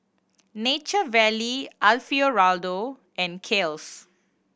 Nature Valley Alfio Raldo and Kiehl's